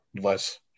less